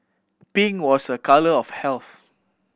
pink was a colour of health